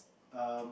um